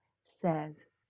says